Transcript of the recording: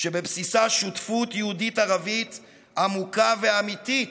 שבבסיסה שותפות יהודית-ערבית עמוקה ואמיתית,